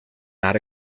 not